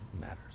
matters